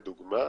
לדוגמה,